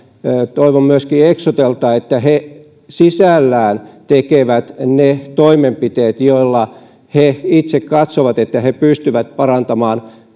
toivon myöskin eksotelta että he sisällään tekevät ne toimenpiteet joilla he itse katsovat että he pystyvät parantamaan